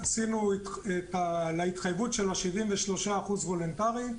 ההתחייבות של ה-73% וולונטרי,